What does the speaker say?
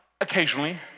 occasionally